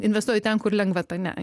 investuoju ten kur lengvata ne